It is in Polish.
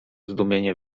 zdumienie